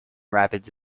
rapids